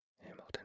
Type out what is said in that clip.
Hamilton